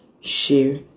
share